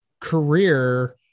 career